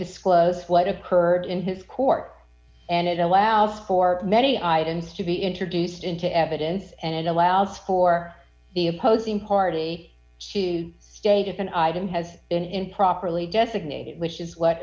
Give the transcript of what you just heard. disclose what occurred in his court and it allows for many items to be introduced into evidence and it allows for the opposing party to state if an item has been improperly designated which is what